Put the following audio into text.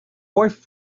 wife